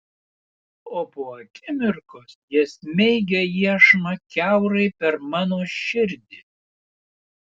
o po akimirkos jie smeigia iešmą kiaurai per mano širdį